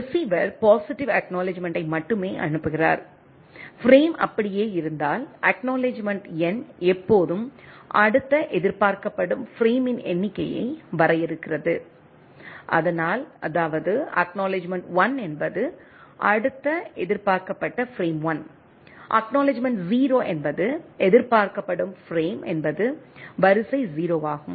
receiver positive அக்நாலெட்ஜ்மெண்ட்டை மட்டுமே அனுப்புகிறார் பிரேம் அப்படியே இருந்தால் அக்நாலெட்ஜ்மெண்ட் எண் எப்போதும் அடுத்த எதிர்பார்க்கப்படும் பிரேமின் எண்ணிக்கையை வரையறுக்கிறது அதனால் அதாவது அக்நாலெட்ஜ்மெண்ட் 1 என்பது அடுத்த எதிர்பார்க்கப்பட்ட பிரேம் 1 அக்நாலெட்ஜ்மெண்ட் 0 என்பது எதிர்பார்க்கப்படும் பிரேம் என்பது வரிசை 0 ஆகும்